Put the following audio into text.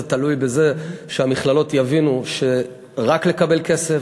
זה תלוי בזה שהמכללות יבינו שרק לקבל כסף,